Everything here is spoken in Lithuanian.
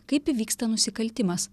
kaip įvyksta nusikaltimas